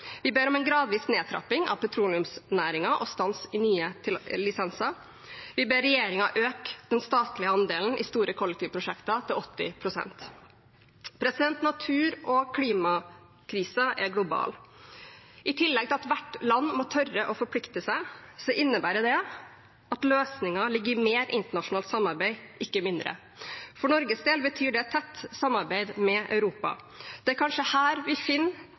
Vi ber om en gradvis nedtrapping av petroleumsnæringen og stans i nye lisenser. Vi ber regjeringen øke den statlige andelen i store kollektivprosjekter til 80 pst. Natur- og klimakrisen er global. I tillegg til at hvert land må tørre å forplikte seg, innebærer det at løsningen ligger i mer internasjonalt samarbeid, ikke mindre. For Norges del betyr det tett samarbeid med Europa. Det er kanskje her vi finner